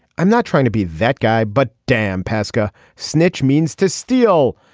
i'm not trying to be that guy but damn pesca snitch means to steal.